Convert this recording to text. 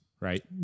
right